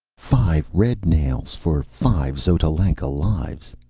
five red nails for five xotalanca lives!